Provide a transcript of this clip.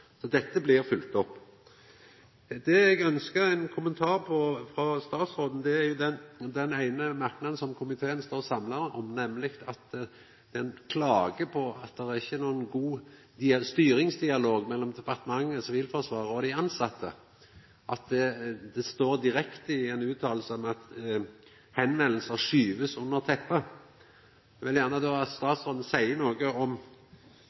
Så dette blir følgt opp. Det eg ønskjer ein kommentar på frå statsråden, er den eine merknaden som komiteen står samla om, nemleg at ein klagar på at det ikkje er nokon god styringsdialog mellom departementet, Sivilforsvaret og dei tilsette. Det står direkte i ei utsegn at meldingar blir skuva «under teppet». Eg vil gjerne at statsråden seier noko om